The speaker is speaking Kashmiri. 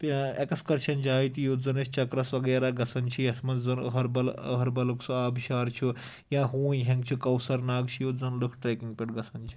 پے اٮ۪کٕٮسکرشن جاے تہِ یوٚت زَن أسۍ چکرس وغیرہ گژھان چھِ یَتھ منٛز زَن أہربل أہربَلُک سُہ آبشار چھُ یا ہوٗنۍ ہینگ چھُ کوثر ناگ چھُ یوٚت زَن لُکھ ٹریکِنٛگ پٮ۪ٹھ گژھان چھِ